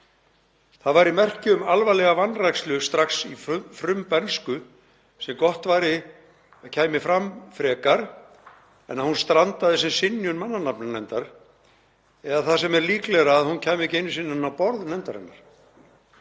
Það væri merki um alvarlega vanrækslu strax í frumbernsku sem gott væri að kæmi fram frekar en að hún strandaði sem synjun mannanafnanefndar eða það, sem er líklegra, að hún kæmi ekki einu sinni inn á borð nefndarinnar.